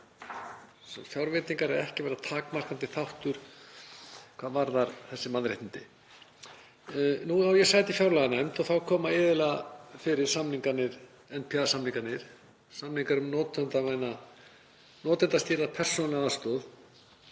fjárveitingar ættu ekki að vera takmarkandi þáttur hvað varðar þessi mannréttindi. Nú á ég sæti í fjárlaganefnd og þar koma iðulega fyrir NPA-samningarnir, samningar um notendastýrða persónulega aðstoð